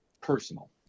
personal